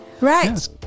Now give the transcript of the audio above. right